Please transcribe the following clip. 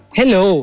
hello